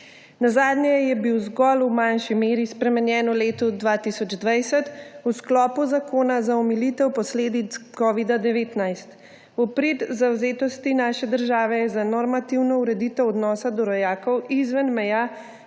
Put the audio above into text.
Nazadnje je bil zgolj v manjši meri spremenjen v letu 2020 v sklopu Zakona za omilitev posledic covida-19. V prid zavzetosti naše države za normativno ureditev odnosa do rojakov izven meja